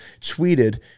Tweeted